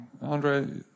Andre